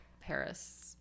Paris